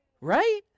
right